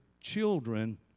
children